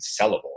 sellable